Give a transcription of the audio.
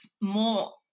more